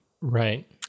Right